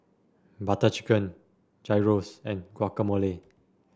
Butter Chicken Gyros and Guacamole